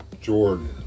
Jordan